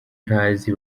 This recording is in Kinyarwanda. ntazi